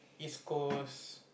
East Coast